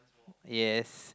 yes